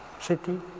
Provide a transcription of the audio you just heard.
city